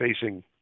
facing